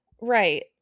right